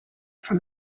from